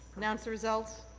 announce the result.